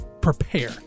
prepare